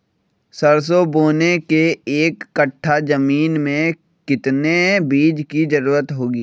सरसो बोने के एक कट्ठा जमीन में कितने बीज की जरूरत होंगी?